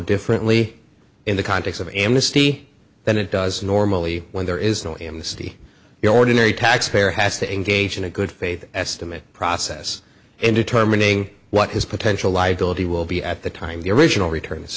differently in the context of amnesty than it does normally when there is no in the city the ordinary taxpayer has to engage in a good faith estimate process in determining what his potential liability will be at the time the original returns